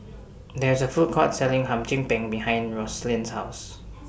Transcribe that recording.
There IS A Food Court Selling Hum Chim Peng behind Rosalyn's House